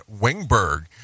Wingberg